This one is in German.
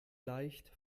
leicht